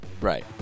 Right